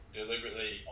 deliberately